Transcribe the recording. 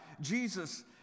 Jesus